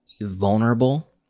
vulnerable